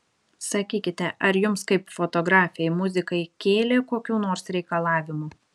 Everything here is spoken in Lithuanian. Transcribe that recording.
sakykite ar jums kaip fotografei muzikai kėlė kokių nors reikalavimų